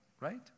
right